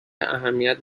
اهمیت